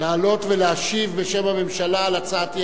לעלות ולהשיב בשם הממשלה על הצעת האי-אמון.